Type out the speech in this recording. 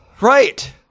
right